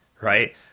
right